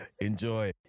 Enjoy